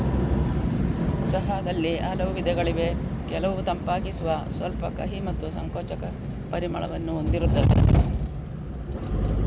ಚಹಾದಲ್ಲಿ ಹಲವು ವಿಧಗಳಿವೆ ಕೆಲವು ತಂಪಾಗಿಸುವ, ಸ್ವಲ್ಪ ಕಹಿ ಮತ್ತು ಸಂಕೋಚಕ ಪರಿಮಳವನ್ನು ಹೊಂದಿರುತ್ತವೆ